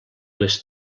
les